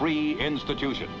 free institution